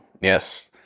yes